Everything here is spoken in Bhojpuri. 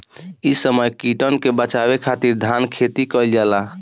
इ समय कीटन के बाचावे खातिर धान खेती कईल जाता